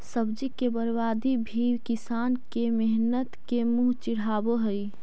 सब्जी के बर्बादी भी किसान के मेहनत के मुँह चिढ़ावऽ हइ